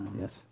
yes